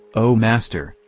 o master,